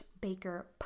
Baker